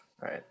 right